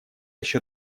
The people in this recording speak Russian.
еще